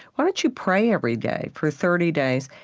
why don't you pray every day, for thirty days,